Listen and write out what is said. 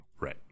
Right